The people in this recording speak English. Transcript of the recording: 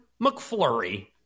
McFlurry